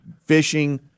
Fishing